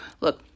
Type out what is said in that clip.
Look